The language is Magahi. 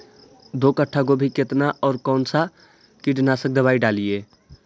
दो कट्ठा गोभी केतना और कौन सा कीटनाशक दवाई डालिए?